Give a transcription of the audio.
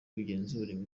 bigenzura